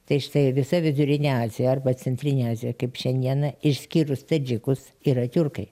tai štai visa vidurinė azija arba centrinė azija kaip šiandieną išskyrus tadžikus yra tiurkai